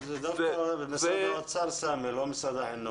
זה לא משרד החינוך אלא משרד האוצר.